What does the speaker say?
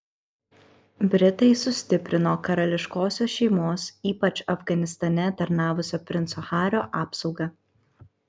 britai sustiprino karališkosios šeimos ypač afganistane tarnavusio princo hario apsaugą